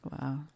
Wow